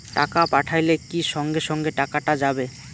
টাকা পাঠাইলে কি সঙ্গে সঙ্গে টাকাটা যাবে?